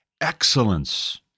Excellence